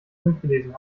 durchgelesen